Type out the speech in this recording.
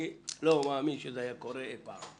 אני לא מאמין שזה קרה אי פעם.